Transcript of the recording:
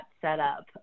setup